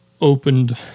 opened